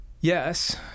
Yes